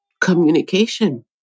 communication